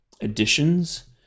additions